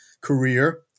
career